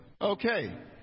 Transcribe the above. okay